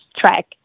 track